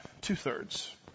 two-thirds